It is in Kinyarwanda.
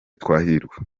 twahirwa